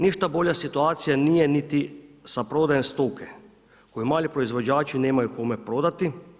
Ništa bolja situacija nije niti sa prodajom stoke koju mali proizvođači nemaju kome prodati.